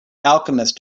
alchemist